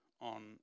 on